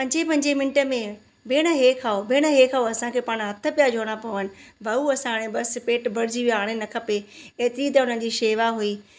पंजे पंजे मिंट में भेंण हीअ खाओ भेंण हीअ खाओ असांखे पाण हथ पिया जोड़णा पवन भाऊ असां हाणे बसि पेट भरजी वियो आहे हाणे न खपे एतिरी त हुननि जी शेवा हुई